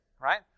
right